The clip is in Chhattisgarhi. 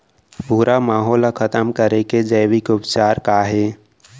भूरा माहो ला खतम करे के जैविक उपचार का हे?